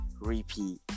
repeat